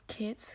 kids